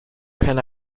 can